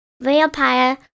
vampire